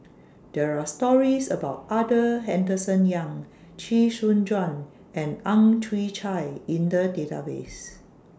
There Are stories about Arthur Henderson Young Chee Soon Juan and Ang Chwee Chai in The Database